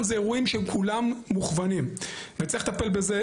זה אירועים שכולם מוכוונים וצריך לטפל בזה